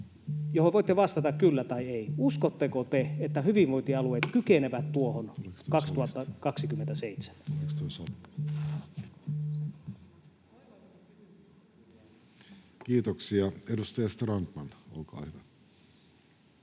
johon voitte vastata kyllä tai ei. Uskotteko te, että hyvinvointialueet kykenevät tuohon 2027? Kiitoksia. — Edustaja Strandman, olkaa hyvä.